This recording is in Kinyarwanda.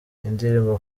indirimbo